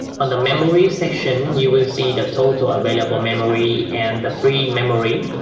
on the memory section, you will see the total available memory and the free memory.